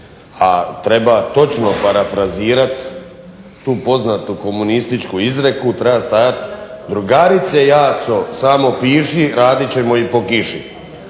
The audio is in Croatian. a treba točno parafrazirati tu poznatu komunističku izreku treba stajati "Drugarice Jaco samo piši, radit ćemo i po kiši".